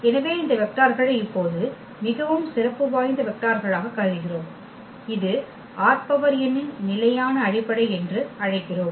எனவே இந்த வெக்டார்களை இப்போது மிகவும் சிறப்பு வாய்ந்த வெக்டார்களாக கருதுகிறோம் இது ℝn இன் நிலையான அடிப்படை என்று அழைக்கிறோம்